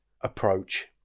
approach